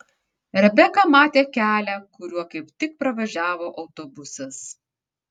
rebeka matė kelią kuriuo kaip tik pravažiavo autobusas